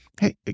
hey